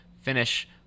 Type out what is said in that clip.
finish